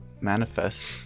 manifest